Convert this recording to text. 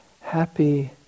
happy